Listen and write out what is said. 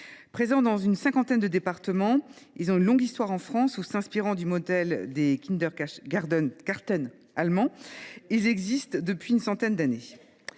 Présents dans une cinquantaine de départements, ils ont une longue histoire en France où, s’inspirant du modèle des allemands, ils existent depuis une centaine d’années.